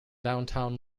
downtown